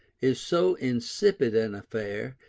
is so insipid an affair,